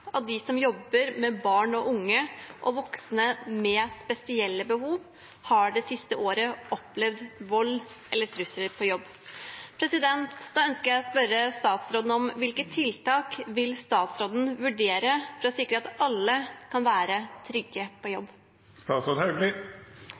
av vold og trusler mot ansatte. 45 prosent av dem som jobber med barn, unge og voksne med spesielle behov, har det siste året opplevd vold eller trusler på jobb. Hvilke nye tiltak vil statsråden vurdere for å sikre at alle kan være trygge på